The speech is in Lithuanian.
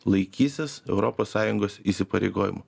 laikysis europos sąjungos įsipareigojimų